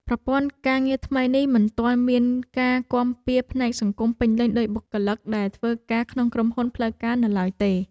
ប្រព័ន្ធការងារថ្មីនេះមិនទាន់មានការគាំពារផ្នែកសង្គមពេញលេញដូចបុគ្គលិកដែលធ្វើការក្នុងក្រុមហ៊ុនផ្លូវការនៅឡើយទេ។